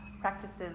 Practices